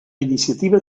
iniciativa